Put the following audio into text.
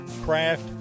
craft